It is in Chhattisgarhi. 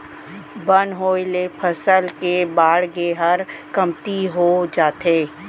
बन होय ले फसल के बाड़गे हर कमती हो जाथे